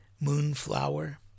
Moonflower